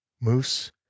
moose